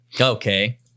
Okay